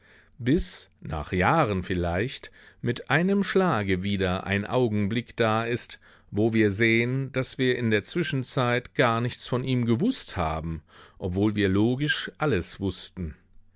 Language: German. bis nach jahren vielleicht mit einem schlage wieder ein augenblick da ist wo wir sehen daß wir in der zwischenzeit gar nichts von ihm gewußt haben obwohl wir logisch alles wußten